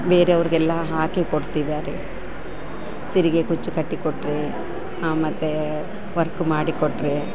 ಬೇರೆಯವ್ರಿಗೆಲ್ಲ ಹಾಕಿ ಕೊಡ್ತಿದಾರೆ ಸೀರೆಗೆ ಕುಚ್ ಕಟ್ಟಿಕೊಟ್ಟರೆ ಮತ್ತು ವರ್ಕ್ ಮಾಡಿಕೊಟ್ಟರೆ